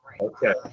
okay